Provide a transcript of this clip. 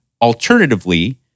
alternatively